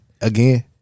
again